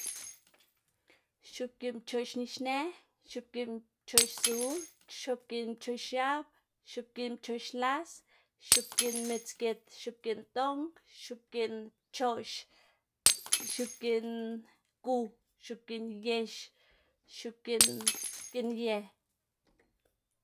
X̱oꞌbgiꞌn pchoꞌx nixnë, x̱oꞌbgiꞌn pchoꞌx zu, x̱oꞌbgiꞌn pchoꞌx x̱ab, x̱oꞌbgiꞌn pchoꞌx las, x̱oꞌbgin midzgit, x̱oꞌbgiꞌn doꞌng, x̱oꞌbgiꞌn pchoꞌx, x̱oꞌbgiꞌn gu, x̱oꞌbgiꞌn yex, x̱oꞌbgiꞌn giꞌnye